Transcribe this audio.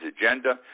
agenda